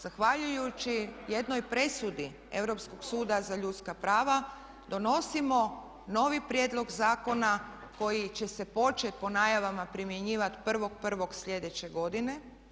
Zahvaljujući jednoj presudi Europskog suda za ljudska prava donosimo novi prijedlog zakona koji će se početi po najavama primjenjivati 1.01. sljedeće godine.